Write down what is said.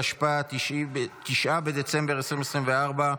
התשפ"ה 2024,